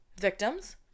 victims